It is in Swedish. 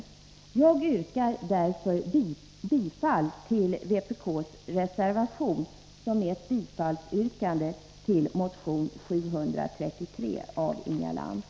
Jag yrkar bifall till vpk:s reservation, som innebär ett bifall till motion 733 av Inga Lantz.